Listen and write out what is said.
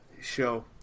show